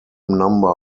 number